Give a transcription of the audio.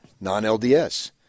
non-LDS